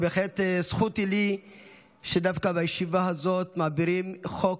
זכות היא לי שדווקא בישיבה הזאת מעבירים חוק